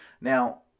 Now